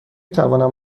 توانم